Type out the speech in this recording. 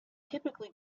typically